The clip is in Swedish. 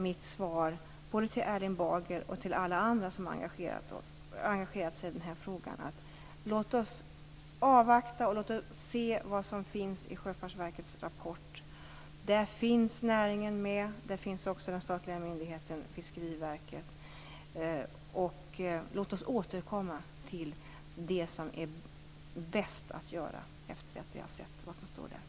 Mitt svar, både till Erling Bager och till alla andra som har engagerat sig i denna fråga, är att vi skall avvakta och se vad som finns i Sjöfartsverkets rapport. Där finns näringen med, och där finns också den statliga myndigheten Fiskeriverket med. Låt oss återkomma till det som är bäst att göra efter att vi har sett vad som står i rapporten.